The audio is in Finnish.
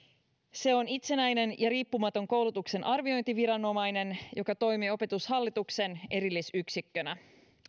se on itsenäinen ja riippumaton koulutuksen arviointiviranomainen joka toimii opetushallituksen erillisyksikkönä